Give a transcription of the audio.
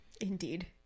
Indeed